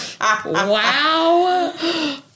wow